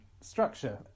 structure